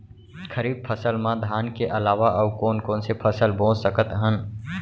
खरीफ फसल मा धान के अलावा अऊ कोन कोन से फसल बो सकत हन?